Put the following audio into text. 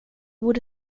borde